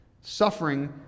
Suffering